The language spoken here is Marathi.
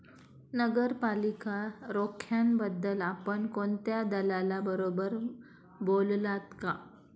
नगरपालिका रोख्यांबद्दल आपण कोणत्या दलालाबरोबर बोललात का?